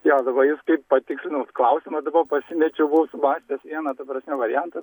jo dabar jūs kai patikslinot klausimą dabor pasimečiau buvau sumąstęs vieną ta prasme variantą